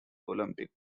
olympic